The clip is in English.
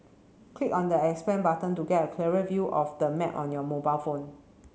click on the expand button to get a clearer view of the map on your mobile phone